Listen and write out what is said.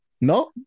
No